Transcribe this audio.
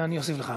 אני אוסיף לך.